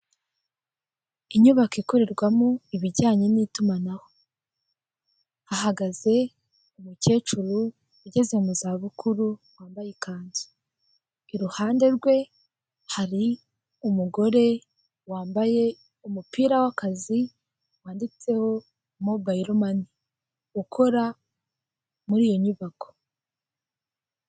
Inyubako ikorerwamo ibijyanye n'itumanaho hahagaze umukecuru ugeze mu zabukuru wambaye ikanzu, iruhande rwe hari umugore wambaye umupira w'akazi wanditseho mobayiro mani ukora muri iyo nyubako.